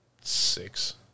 six